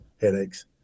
headaches